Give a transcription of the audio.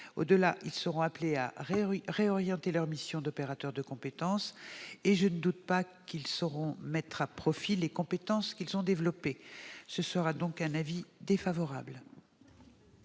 Au-delà, ils seront appelés à réorienter leur mission d'opérateur de compétences, et je ne doute pas qu'ils sauront mettre à profit les compétences qu'ils ont développées à ce titre. L'avis de